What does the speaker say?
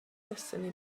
destiny